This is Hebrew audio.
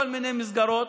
גם בכל מיני מסגרות,